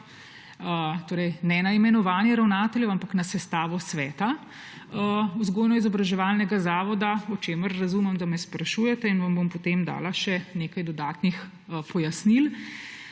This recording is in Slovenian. torej ne na imenovanje ravnateljev, ampak na sestavo sveta vzgojno-izobraževalnega zavoda, o čemer razumem, da me sprašujete, in vam bom potem dala še nekaj dodatnih pojasnil.